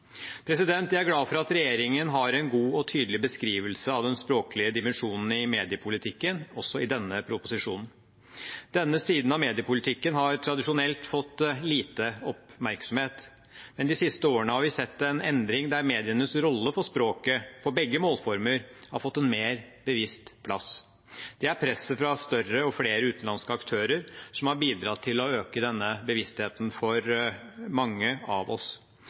Jeg er glad for at regjeringen har en god og tydelig beskrivelse av den språklige dimensjonen i mediepolitikken også i denne proposisjonen. Denne siden av mediepolitikken har tradisjonelt fått lite oppmerksomhet, men de siste årene har vi sett en endring der medienes rolle for språket og begge målformer har fått en mer bevisst plass. Det er presset fra større og flere utenlandske aktører som har bidratt til å øke denne bevisstheten for mange av oss.